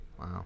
Wow